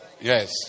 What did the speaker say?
Yes